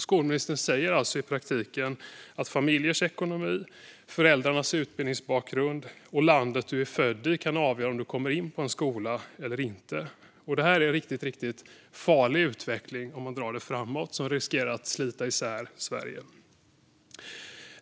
Skolministern säger alltså att det i praktiken är familjens ekonomi, föräldrarnas utbildningsbakgrund och landet du är född i som kan avgöra om du kommer in på en skola eller inte. Detta är, om man drar det framåt, en riktigt farlig utveckling som riskerar att slita isär Sverige.